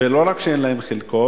ולא רק שאין להם חלקות,